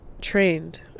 trained